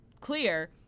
clear